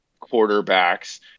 quarterbacks